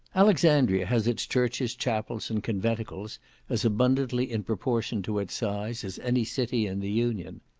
alexandria has its churches, chapels, and conventicles as abundantly, in proportion to its size, as any city in the union.